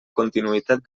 continuïtat